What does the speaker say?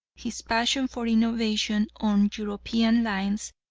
his passion for innovation on european lines,